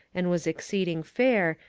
and was exceeding fair,